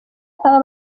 aba